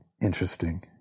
interesting